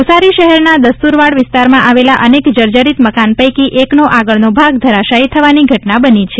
નવસારી શહેરના દસ્તુરવાડ વિસ્તારમાં આવેલા અનેક જર્જરીત મકાન પૈકી એકનો આગળનો ભાગ ધરાશાયી થવાની ઘટના બની છે